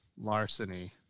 larceny